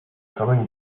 coming